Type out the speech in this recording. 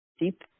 deep